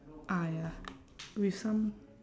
ah ya with some